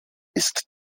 ist